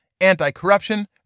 Anti-corruption